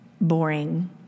boring